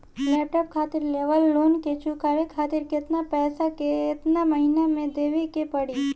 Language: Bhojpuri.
लैपटाप खातिर लेवल लोन के चुकावे खातिर केतना पैसा केतना महिना मे देवे के पड़ी?